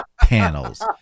panels